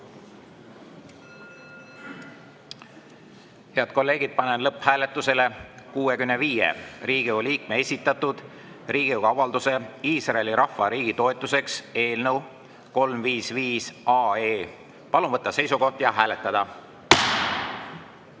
Head kolleegid, panen lõpphääletusele 65 Riigikogu liikme esitatud Riigikogu avalduse "Iisraeli rahva ja riigi toetuseks" eelnõu 355. Palun võtta seisukoht ja hääletada!